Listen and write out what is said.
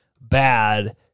bad